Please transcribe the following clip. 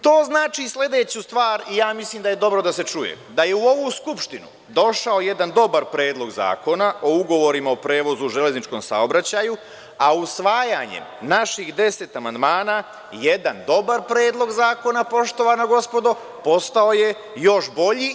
To znači sledeću stvar, mislim da je dobro da se čuje, da je u ovu Skupštinu došao jedan dobar Predlog zakona o ugovorima o prevozu u železničkom saobraćaju, a usvajanjem naših 10 amandmana jedan dobar predlog zakona, poštovana gospodo, postao je još bolji.